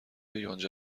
یونجه